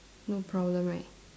no problem right